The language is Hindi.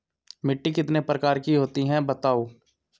मिट्टी कितने प्रकार की होती हैं बताओ?